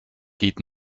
geht